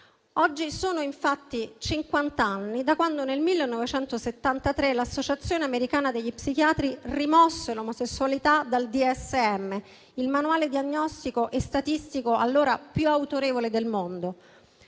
Oggi sono infatti cinquant'anni da quando nel 1973 l'Associazione americana degli psichiatri rimosse l'omosessualità dal DSM, il manuale diagnostico e statistico allora più autorevole del mondo.